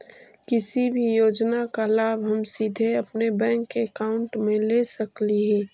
किसी भी योजना का लाभ हम सीधे अपने बैंक अकाउंट में ले सकली ही?